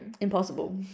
Impossible